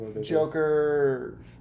Joker